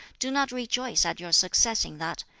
do not rejoice at your success in that,